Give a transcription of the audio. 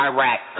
Iraq